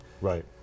Right